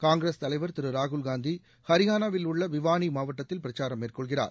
காங்கிரஸ் தலைவர் திரு ராகுல்காந்தி ஹரியானாவிலுள்ள பிவானி மாவட்டத்தில் பிரச்சாரம் மேற்கொள்கிறார்